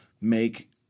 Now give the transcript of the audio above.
make